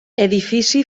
edifici